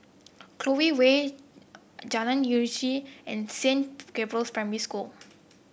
Clover Way Jalan Uji and Saint Gabriel's Primary School